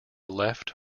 left